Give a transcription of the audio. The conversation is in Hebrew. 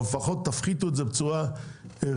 או לפחות תפחיתו את זה בצורה רצינית,